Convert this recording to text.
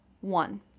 one